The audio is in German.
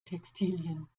textilien